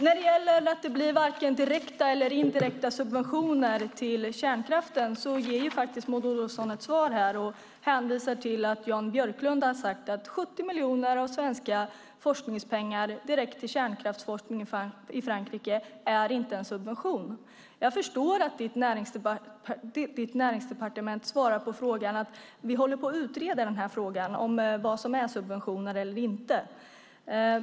När det gäller att det varken blir direkta eller indirekta subventioner till kärnkraften ger faktiskt Maud Olofsson ett svar här och hänvisar till att Jan Björklund har sagt att 70 miljoner av svenska forskningspengar direkt till kärnkraftsforskning i Frankrike inte är en subvention. Jag förstår att ditt näringsdepartement svarar på frågan: Vi håller på att utreda frågan om vad som är subvention eller inte.